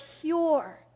pure